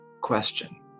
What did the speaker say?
question